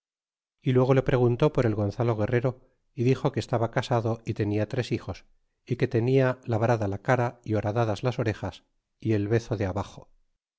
e luego le preguntó por el gonzalo guerrero y dixo que estaba casado y tenia tres hijos y que tenia labrada la cara y horadadas las orejas y el bezo de abaxo